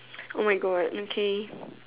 oh my God okay